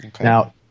Now